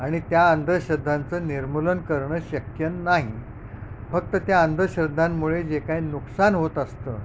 आणि त्या अंधश्रद्धांचं निर्मूलन करणं शक्य नाही फक्त त्या अंधश्रद्धांमुळे जे काही नुकसान होत असतं